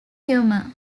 humor